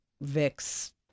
VIX